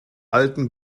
alten